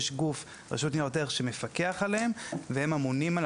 יש גוף רשות ניירות ערך שמפקח עליהן והן אמונות על